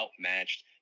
outmatched